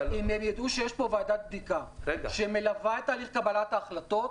אם הם ידעו שיש פה ועדת בדיקה שמלווה את תהליך קבלת ההחלטות,